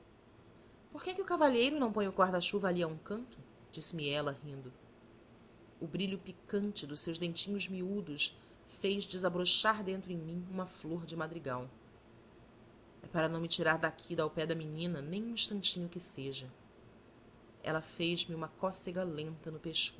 por que é que o cavalheiro não põe o guarda-chuva ali a um canto disse-me ela rindo o brilho picante dos seus dentinhos miúdos fez desabrochar dentro em mim uma flor de madrigal é para não me tirar daqui de ao pé da menina nem um instantinho que seja ela fez-me uma cócega lenta no